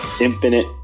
infinite